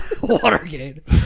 Watergate